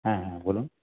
হ্যাঁ হ্যাঁ বলুন